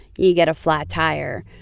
you get a flat tire.